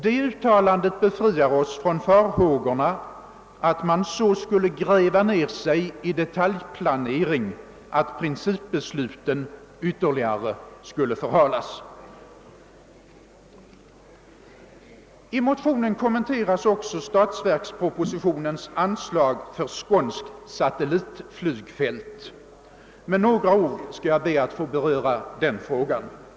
Det uttalandet befriar oss från farhågorna att man så skulle gräva ned sig i detaljplanering att principbesluten ytterligare skulle förhalas. I motionen kommenteras också statsverkspropositionens anslag för skånskt satellitflygfält. Jag skall be att få beröra den frågan med några ord.